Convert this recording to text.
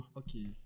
okay